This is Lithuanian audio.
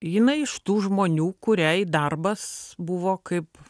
jinai iš tų žmonių kuriai darbas buvo kaip